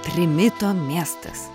trimito miestas